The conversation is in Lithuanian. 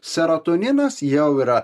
serotoninas jau yra